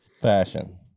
Fashion